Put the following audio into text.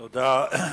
תודה.